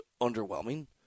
underwhelming